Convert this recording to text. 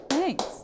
Thanks